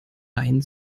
reihen